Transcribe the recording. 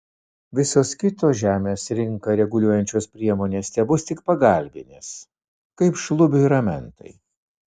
visos kitos žemės rinką reguliuojančios priemonės tebus tik pagalbinės kaip šlubiui ramentai